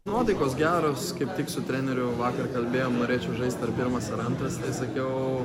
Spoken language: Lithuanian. nuotaikos geros kaip tik su treneriu vakar kalbėjom norėčiau žaist ar pirmas ar antras sakiau